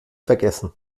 vergessen